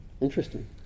Interesting